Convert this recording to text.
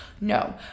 No